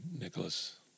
Nicholas